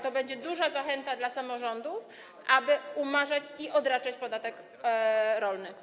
To będzie duża zachęta dla samorządów, aby umarzać i odraczać podatek rolny.